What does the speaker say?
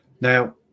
now